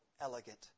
elegant